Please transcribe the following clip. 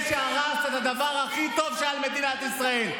שהרסת את הדבר הכי טוב שהיה למדינת ישראל?